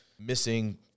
missing